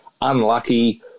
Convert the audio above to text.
unlucky